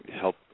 help